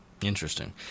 interesting